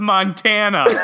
Montana